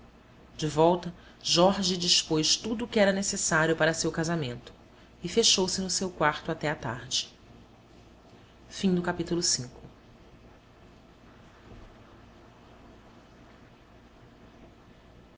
de volta jorge dispôs tudo que era necessário para seu casamento e fechou-se no seu quarto até a